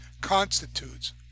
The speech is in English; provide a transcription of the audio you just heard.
constitutes